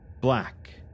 black